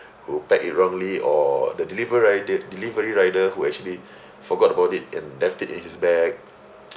who packed it wrongly or the deliver ride delivery rider who actually forgot about it and left it in his bag